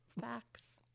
Facts